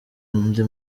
andi